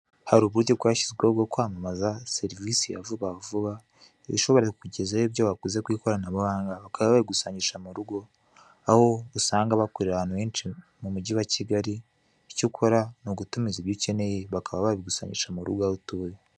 Hari uburyo bwashyizweho bwo kwamamaza serivisi ya vuba vuba, iba ishobora kukugezaho ibyo waguze ku ikoranabuhanga bakaba bagusangisha mu rugo, aho usanga bakorera ahantu henshi mu Mujyi wa Kigali, icyo ukora ni ugutumiza ibyo ukeneye bakaba babigusangisha mu rugo aho utuye.